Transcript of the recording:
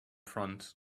front